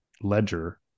ledger